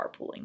carpooling